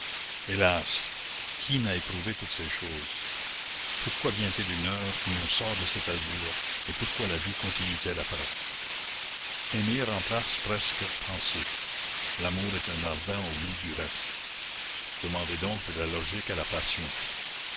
hélas qui n'a éprouvé toutes ces choses pourquoi vient-il une heure où l'on sort de cet azur et pourquoi la vie continue t elle après aimer remplace presque penser l'amour est un ardent oubli du reste demandez donc de la logique à la passion